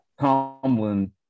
Tomlin